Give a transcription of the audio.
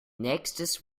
nächstes